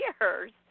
years